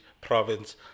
province